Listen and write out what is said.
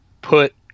Put